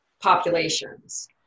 populations